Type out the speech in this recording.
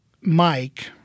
Mike